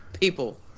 people